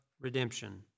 redemption